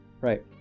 right